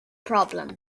problem